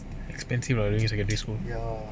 expensive lah during secondary school